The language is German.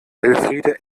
elfriede